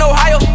Ohio